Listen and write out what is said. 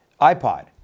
iPod